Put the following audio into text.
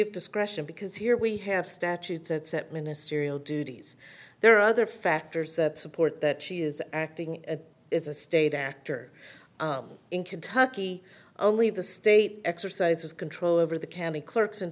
of discretion because here we have statutes that sent me an assyrian duties there are other factors that support that she is acting as is a state actor in kentucky only the state exercises control over the county clerks in